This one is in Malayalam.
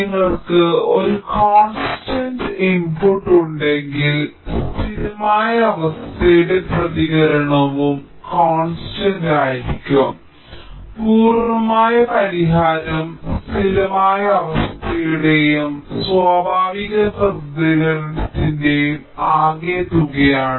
നിങ്ങൾക്ക് ഒരു കോൺസ്റ്റൻറ് ഇൻപുട്ട് ഉണ്ടെങ്കിൽ സ്ഥിരമായ അവസ്ഥയുടെ പ്രതികരണവും കോൺസ്റ്റൻറ് ആയിരിക്കും പൂർണ്ണമായ പരിഹാരം സ്ഥിരമായ അവസ്ഥയുടെയും സ്വാഭാവിക പ്രതികരണത്തിന്റെയും ആകെത്തുകയാണ്